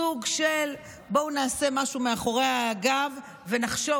סוג של "בואו נעשה משהו מאחורי הגב ונחשוב